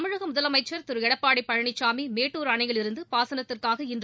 தமிழக முதலமைச்ச் திரு எடப்பாடி பழனிசாமி மேட்டூர் அணையிலிருந்து பாசனத்துக்காக இன்று